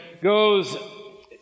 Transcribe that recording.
goes